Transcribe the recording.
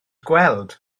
gweld